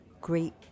great